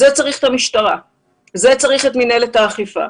לזה צריך את המשטרה ואת מינהלת האכיפה.